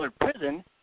prison